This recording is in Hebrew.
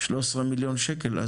13 מיליון שקל,